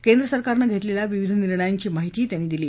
केंद्र सरकारनं घेतलेल्या विविध निर्णयांची माहिती त्यांनी दिली